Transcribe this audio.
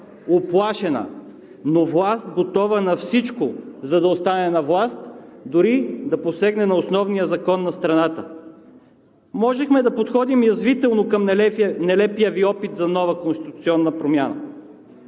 уплашена, но власт, готова на всичко, за да остане на власт, дори и да посегне на Основния закон на страната. Можехме да подходим язвително към нелепия Ви опит за нова конституционна промяна,